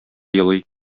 елый